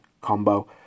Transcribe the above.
combo